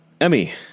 Emmy